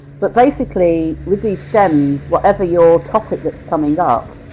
but basically with these stems, whatever your topic that's coming up,